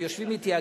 הם יושבים אתי,